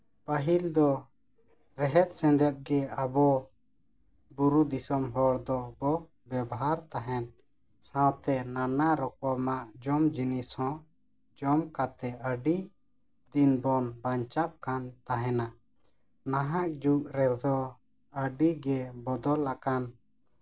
ᱯᱟᱹᱦᱤᱞ ᱫᱚ ᱨᱮᱦᱮᱫ ᱥᱮᱸᱫᱮᱛ ᱜᱮ ᱟᱵᱚ ᱵᱩᱨᱩ ᱫᱤᱥᱚᱢ ᱦᱚᱲ ᱫᱚᱵᱚᱱ ᱵᱮᱵᱚᱦᱟᱨ ᱛᱟᱦᱮᱸᱫ ᱥᱟᱶᱛᱮ ᱱᱟᱱᱟ ᱨᱚᱠᱚᱢᱟᱜ ᱡᱚᱢ ᱡᱤᱱᱤᱥ ᱦᱚᱸ ᱡᱚᱢ ᱠᱟᱛᱮᱫ ᱟᱹᱰᱤ ᱫᱤᱱ ᱵᱚᱱ ᱵᱟᱧᱪᱟᱜ ᱠᱟᱱ ᱛᱟᱦᱮᱱᱟ ᱱᱟᱦᱟᱸᱜ ᱡᱩᱜᱽ ᱨᱮᱫᱚ ᱟᱹᱰᱤᱜᱮ ᱵᱚᱫᱚᱞ ᱟᱠᱟᱱ